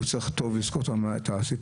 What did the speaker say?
הוא צריך לזכור את הסיפור,